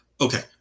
okay